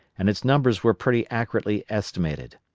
and its numbers were pretty accurately estimated.